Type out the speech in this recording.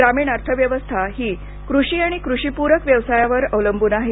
ग्रामीण अर्थव्यवस्था ही कृषी आणि कृषिपूरक व्यवसायावर अवलंबून आहे